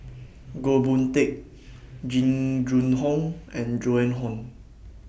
Goh Boon Teck Jing Jun Hong and Joan Hon